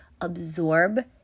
absorb